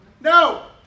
No